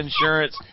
insurance